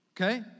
okay